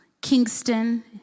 Kingston